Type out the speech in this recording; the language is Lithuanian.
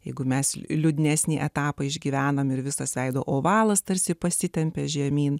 jeigu mes liūdnesnį etapą išgyvename ir visas veido ovalas tarsi pasitempė žemyn